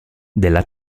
della